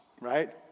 right